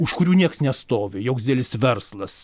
už kurių nieks nestovi joks didelis verslas